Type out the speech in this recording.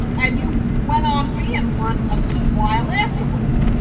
and you went on being one a good while afterward.